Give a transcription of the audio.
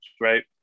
right